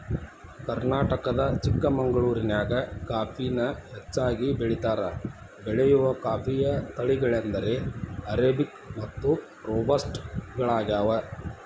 ಕರ್ನಾಟಕದ ಚಿಕ್ಕಮಗಳೂರಿನ್ಯಾಗ ಕಾಫಿನ ಹೆಚ್ಚಾಗಿ ಬೆಳೇತಾರ, ಬೆಳೆಯುವ ಕಾಫಿಯ ತಳಿಗಳೆಂದರೆ ಅರೇಬಿಕ್ ಮತ್ತು ರೋಬಸ್ಟ ಗಳಗ್ಯಾವ